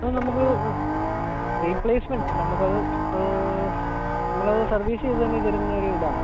അത് നമുക്ക് റീപ്ലേസ്മെൻറ്റ് അല്ല നമുക്ക് അത് നമ്മൾ അത് സർവീസ് ചെയ്ത് തന്നെ തരുന്ന ഒരു ഇത് ആണ്